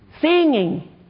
Singing